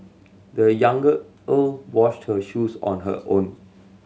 the younger old washed her shoes on her own